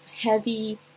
heavy